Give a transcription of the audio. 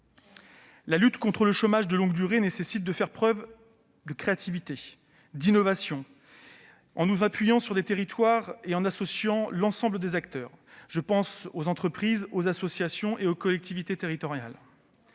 La lutte contre le chômage de longue durée nécessite de faire preuve de créativité et d'innovation, en s'appuyant sur les territoires et en associant l'ensemble des acteurs : je pense aux entreprises, aux associations et aux collectivités territoriales.